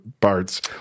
parts